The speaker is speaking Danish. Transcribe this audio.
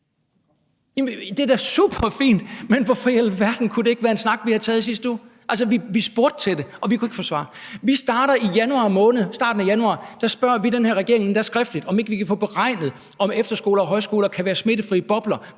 Det er da superfint, men hvorfor i alverden kunne det ikke være en snak, vi havde taget i sidste uge. Vi spurgte til det, men vi kunne ikke få svar. I starten af januar måned spørger vi den her regeringen, endda skriftligt, om ikke vi kan få beregnet, om efterskoler og højskoler kan være smittefrie bobler,